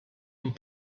und